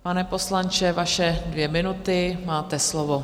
Pane poslanče, vaše dvě minuty, máte slovo.